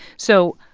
so,